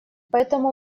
поэтому